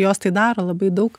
jos tai daro labai daug